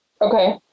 Okay